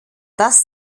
das